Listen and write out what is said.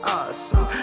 awesome